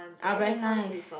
are very nice